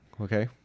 Okay